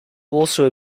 also